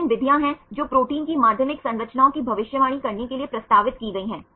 और आज हम प्रोटीन माध्यमिक संरचनाओं के बारे में चर्चा करेंगे